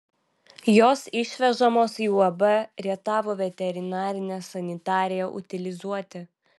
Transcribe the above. jos išvežamos į uab rietavo veterinarinę sanitariją utilizuoti